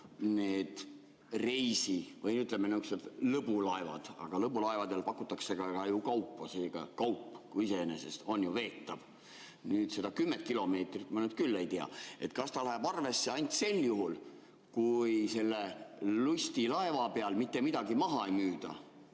ju, reisilaevad, või ütleme, nihukesed lõbulaevad, aga lõbulaevadel pakutakse ka ju kaupa. Seega, kaup iseenesest on ju veetav. Seda kümmet kilomeetrit ma nüüd küll ei tea. Kas ta läheb arvesse ainult sel juhul, kui selle lustilaeva peal mitte midagi maha ei müüda